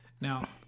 Now